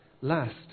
Last